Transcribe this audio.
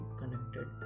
connected